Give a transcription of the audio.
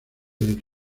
del